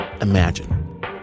imagine